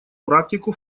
практику